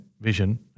vision